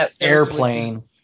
Airplane